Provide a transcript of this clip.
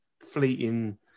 fleeting